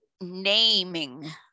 naming